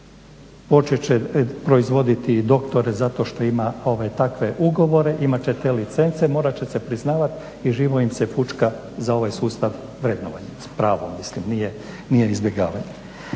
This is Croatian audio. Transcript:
Počet će proizvoditi doktore zato što ima takve ugovore, imat će te licence, morat će se priznavat i živo im se fućka za ovaj sustav vrednovanja, s pravom mislim, nije izbjegavanje.